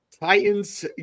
Titans